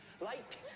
light